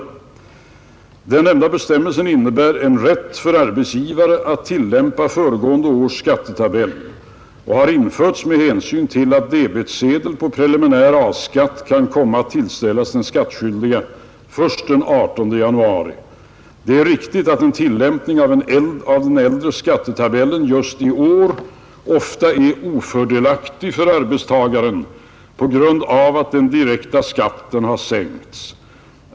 Den nämnda bestämmelsen innebär en rätt för arbetsgivare att tillämpa föregående års skattetabell och har införts med hänsyn till att debetsedel på preliminär A-skatt kan komma att tillställas den skattskyldige först den 18 januari. Det är riktigt att en tillämpning av den äldre skattetabellen just i år ofta är ofördelaktig för arbetstagaren på grund av att den direkta skatten har sänkts.